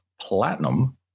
Platinum